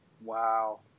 Wow